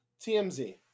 TMZ